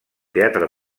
teatre